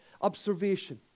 observation